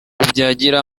rubyagira